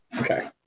Okay